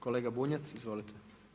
Kolega Bunjac, izvolite.